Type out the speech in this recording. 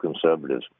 conservatives